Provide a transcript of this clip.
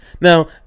Now